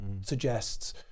suggests